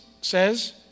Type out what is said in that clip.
says